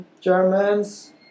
Germans